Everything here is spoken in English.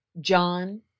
John